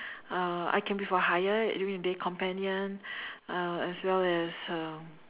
uh I can be for hire during the day companion uh as well as um